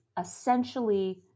essentially